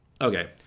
okay